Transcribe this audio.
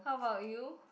how about you